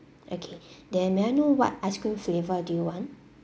okay then may I know what ice cream flavour do you want